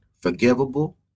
forgivable